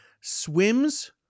Swims